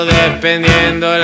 dependiendo